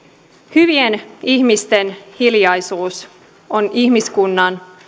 hyvien ihmisten hiljaisuus on ihmiskunnan